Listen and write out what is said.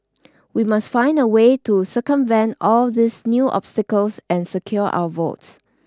we must find a way to circumvent all these new obstacles and secure our votes